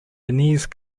viennese